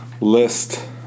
list